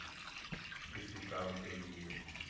किसी काम के लिए